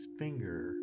finger